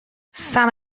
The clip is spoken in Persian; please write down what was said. سَم